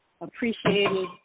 appreciated